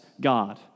God